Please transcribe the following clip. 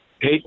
Hey